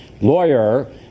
lawyer